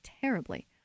terribly